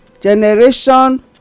generation